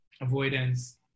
Avoidance